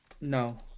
No